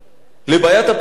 לבעיית הפליטים.